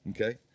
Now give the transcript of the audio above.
Okay